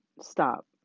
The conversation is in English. stop